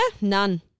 none